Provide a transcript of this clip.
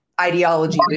ideology